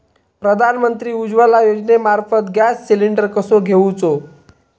प्रधानमंत्री उज्वला योजनेमार्फत gas cylinder कसो घेऊचो?